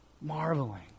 marveling